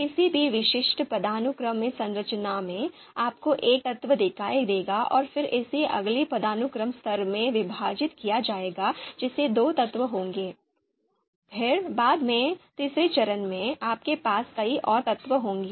किसी भी विशिष्ट पदानुक्रमित संरचना में आपको एक तत्व दिखाई देगा और फिर इसे अगले पदानुक्रमित स्तर में विभाजित किया जाएगा जिसमें दो तत्व होंगे फिर बाद में तीसरे चरण में आपके पास कई और तत्व होंगे